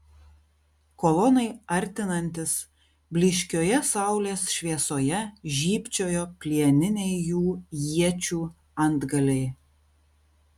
kolonai artinantis blyškioje saulės šviesoje žybčiojo plieniniai jų iečių antgaliai